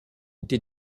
été